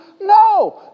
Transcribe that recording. No